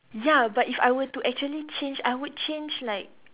ya but if I were to actually change I would change like